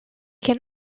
can